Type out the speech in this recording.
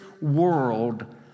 world